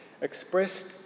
expressed